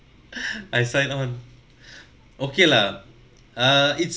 I signed on okay lah err it's